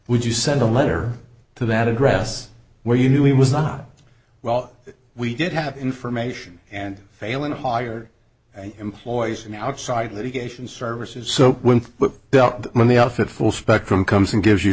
would you send a letter to that address where you knew he was not well we did have information and failing to hire an employees an outside litigation services so when but when the outfit full spectrum comes and gives you